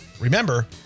Remember